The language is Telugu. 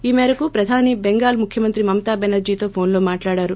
ఈ మేరకు ప్రధాని బెంగాల్ ముఖ్యమంత్రి మమతా బెనర్హీతో ఫోన్ లో మాట్లాడారు